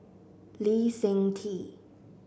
Lee Seng Tee